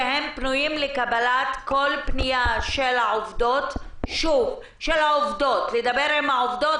שהם פנויים לקבלת כל פנייה של העובדות לדבר דווקא עם העובדות